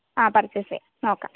ആ പർച്ചേസ് ചെയ്യാം നോക്കാം